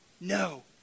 No